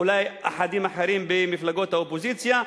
אולי אחדים אחרים במפלגות האופוזיציה,